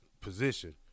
position